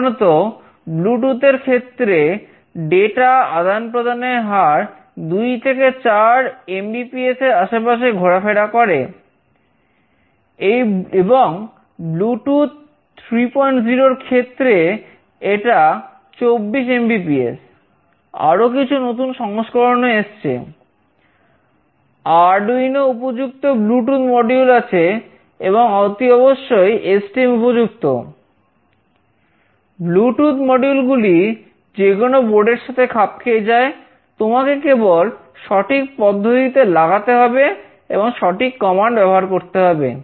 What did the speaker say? সাধারণত ব্লুটুথ ব্যবহার করতে হবে